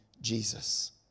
Jesus